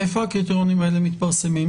איפה הקריטריונים האלה מתפרסמים